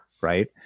right